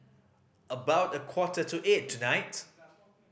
about a quarter to eight tonight